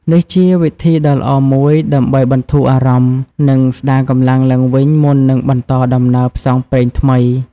នេះជាវិធីដ៏ល្អមួយដើម្បីបន្ធូរអារម្មណ៍ និងស្ដារកម្លាំងឡើងវិញមុននឹងបន្តដំណើរផ្សងព្រេងថ្មី។